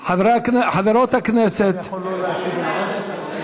חברות הכנסת, אני יכול לא להשיב וללכת?